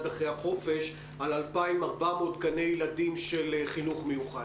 אחרי החופש על 2,400 גני ילדים של החינוך המיוחד,